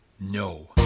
No